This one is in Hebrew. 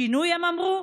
שינוי, הם אמרו?